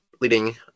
Leading –